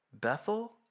Bethel